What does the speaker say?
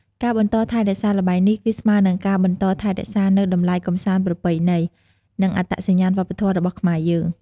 ការបន្តថែរក្សាល្បែងនេះ គឺស្មើនឹងការបន្តថែរក្សានូវ តម្លៃកម្សាន្តប្រពៃណី និងអត្តសញ្ញាណវប្បធម៌របស់ខ្មែរយើង។